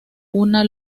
una